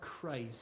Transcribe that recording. Christ